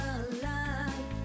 alive